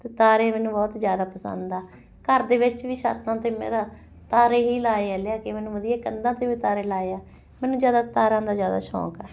ਤਾਰੇ ਮੈਨੂੰ ਬਹੁਤ ਜ਼ਿਆਦਾ ਪਸੰਦ ਆ ਘਰ ਦੇ ਵਿੱਚ ਵੀ ਛੱਤਾਂ 'ਤੇ ਮੇਰਾ ਤਾਰੇ ਹੀ ਲਗਾਏ ਆ ਲੈ ਕੇ ਮੈਨੂੰ ਵਧੀਆ ਕੰਧਾਂ 'ਤੇ ਵੀ ਤਾਰੇ ਲਗਾਏ ਆ ਮੈਨੂੰ ਜ਼ਿਆਦਾ ਤਾਰਿਆਂ ਦਾ ਜ਼ਿਆਦਾ ਸ਼ੌਂਕ ਆ